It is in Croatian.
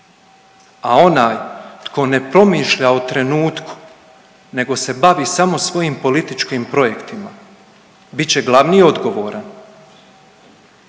a onaj tko ne promišlja o trenutku, nego se bavi samo svojim političkim projektima bit će glavni odgovoran